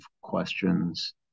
questions